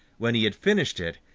when he had finished it,